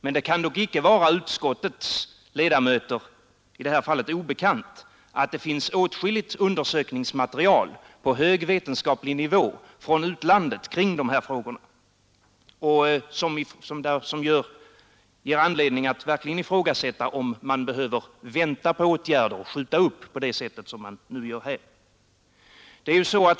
Men det kan icke vara utskottets ledamöter obekant att det i detta avseende finns åtskilligt undersökningsmaterial på hög vetenskaplig nivå från utlandet, ett material som ger anledning att verkligen ifrågasätta om man behöver vänta på åtgärder och skjuta upp på det sätt som man nu gör här.